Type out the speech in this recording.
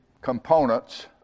components